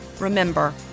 Remember